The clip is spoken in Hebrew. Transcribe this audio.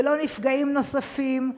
ונפגעים נוספים,